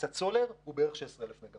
קצת סולר הוא בערך 16,000 מגה